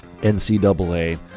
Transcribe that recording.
NCAA